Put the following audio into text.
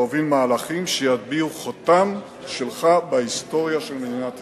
להוביל מהלכים שיטביעו חותם שלך בהיסטוריה של מדינת ישראל.